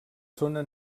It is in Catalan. zona